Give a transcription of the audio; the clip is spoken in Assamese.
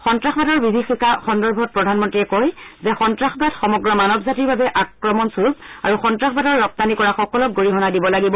সন্ত্ৰাসবাদৰ বিভীষিকা সন্দৰ্ভত প্ৰধানমন্ত্ৰীয়ে কয় যে সন্ত্ৰাসবাদ সমগ্ৰ মানৱ জাতিৰ বাবে আক্ৰমণ স্বৰূপ আৰু সন্তাসবাদৰ ৰপ্তানি কৰা সকলক গৰিহণা দিব লাগিব